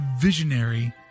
visionary